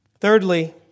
Thirdly